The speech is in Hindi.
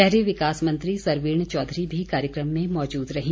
शहरी विकास मंत्री सरवीण चौधरी भी कार्यक्रम में मौजूद रहीं